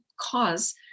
cause